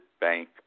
Bank